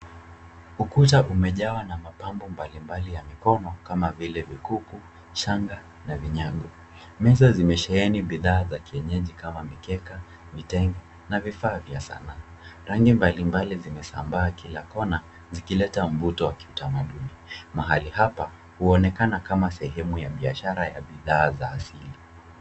Ukuta umejawa na mapambo mbalimbali ya mikono kama vile vikuku, shanga na vinyago. Meza zimesheheni bidhaa za kienyeji kama vile mikeka, vitenge na vifaa vya sanaa. Rangi mbalimbali zimesambaa kila kona zikileta mvuto wa kitamaduni. Mahali hapa huonekana kama sehemu ya biashara ya bidhaa za asili.